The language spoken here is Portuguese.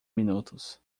minutos